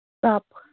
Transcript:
Stop